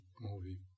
movie